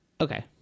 okay